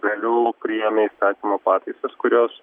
vėliau priėmė įstatymo pataisas kurios